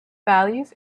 values